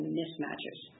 mismatches